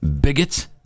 bigots